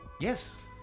yes